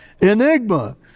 enigma